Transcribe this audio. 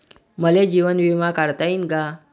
मले जीवन बिमा काढता येईन का?